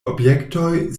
objektoj